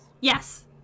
Yes